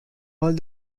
all